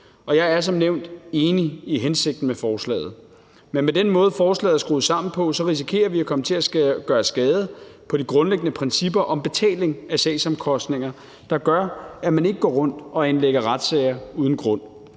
jeg er som nævnt enig i hensigten med forslaget. Men med den måde, forslaget er skruet sammen på, risikerer vi at komme til at gøre skade på de grundlæggende principper om betaling af sagsomkostninger, der gør, at man ikke går rundt og anlægger retssager uden grund.